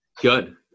Good